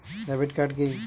Debit card কি?